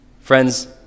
Friends